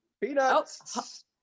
peanuts